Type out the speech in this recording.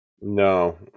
no